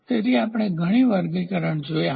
તેથી આપણે ઘણા વર્ગીકરણ જોયા છે